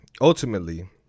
ultimately